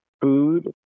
food